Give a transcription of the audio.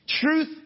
Truth